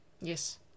Yes